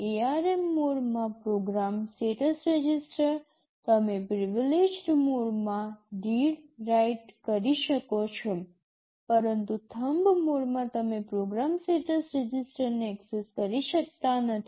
ARM મોડમાં program status register તમે privilege mode માં રીડ રાઇટ કરી શકો છો પરંતુ થમ્બ મોડમાં તમે પ્રોગ્રામ સ્ટેટસ રજિસ્ટરને એક્સેસ કરી શકતા નથી